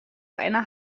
einer